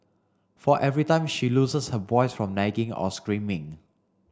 for every time she loses her voice from nagging or screaming